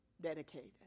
dedicated